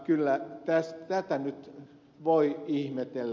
kyllä tätä nyt voi ihmetellä